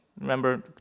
remember